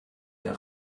der